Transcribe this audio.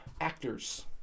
Actors